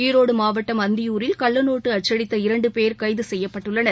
ஈரோடுமாவட்டம் அந்தியூரில் கள்ளநோட்டுஅச்சடித்த இரண்டுபேர் கைதுசெய்யப்பட்டனர்